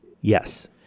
Yes